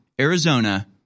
Arizona